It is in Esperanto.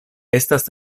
estas